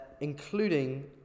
including